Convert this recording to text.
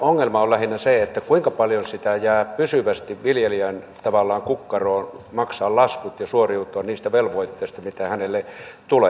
ongelma on lähinnä se kuinka paljon sitä jää tavallaan pysyvästi viljelijän kukkaroon maksaa laskut ja suoriutua niistä velvoitteista mitä hänelle tulee